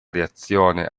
reazione